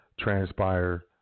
transpire